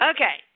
Okay